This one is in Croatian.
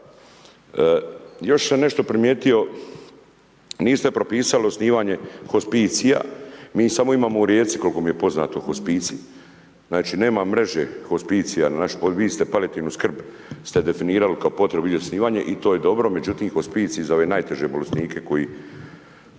Još sam nešto primijetio, niste propisali osnivanje hospicija, mi samo imamo u Rijeci koliko mi je poznato hospicij. Znači nema mreže hospicija na našim područjima, vi ste palijativnu skrb ste definirali kao potrebu i osnivanje, i to je dobro, međutim, hospicij za ove najteže bolesnike koji